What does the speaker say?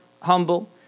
humble